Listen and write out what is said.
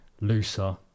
looser